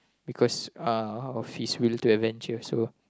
because uh of his will to adventure so